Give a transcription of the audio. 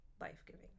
life-giving